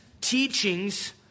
teachings